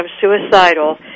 suicidal